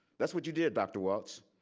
that's what you did dr. walts.